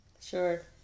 Sure